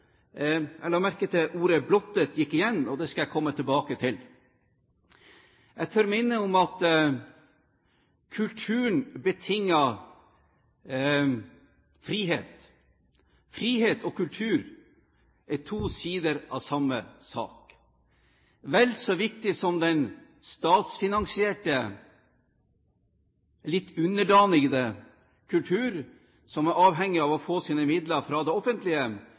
Jeg la merke til at ordet «blottet» gikk igjen, og det skal jeg komme tilbake til. Jeg tør minne om at kulturen betinger frihet. Frihet og kultur er to sider av samme sak. Vel så viktig som at den statsfinansierte, litt underdanige kultur som er avhengig av å få sine midler fra det offentlige,